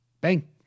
Bang